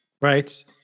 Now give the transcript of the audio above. Right